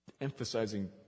Emphasizing